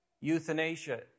euthanasia